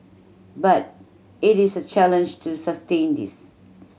but it is a challenge to sustain this